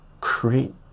create